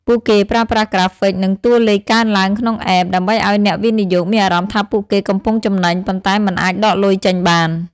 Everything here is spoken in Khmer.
ពួកគេប្រើប្រាស់ក្រាហ្វិក និងតួលេខកើនឡើងក្នុង App ដើម្បីឱ្យអ្នកវិនិយោគមានអារម្មណ៍ថាពួកគេកំពុងចំណេញ ប៉ុន្តែមិនអាចដកលុយចេញបាន។